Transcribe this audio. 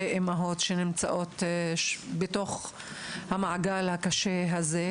אימהות שנמצאות בתוך המעגל הקשה הזה.